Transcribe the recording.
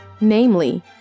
Namely